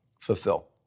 fulfill